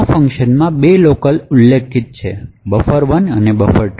આ ફંકશનમાં 2 લોકલ ઉલ્લેખિત છે buffer1 અને buffer